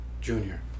Junior